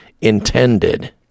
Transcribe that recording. intended